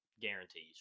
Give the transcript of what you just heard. guarantees